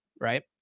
right